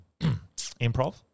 improv